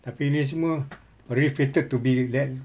tapi ini semua already fated to be let